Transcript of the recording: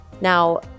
Now